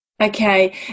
Okay